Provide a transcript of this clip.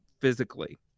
physically